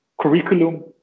curriculum